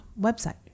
website